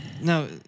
No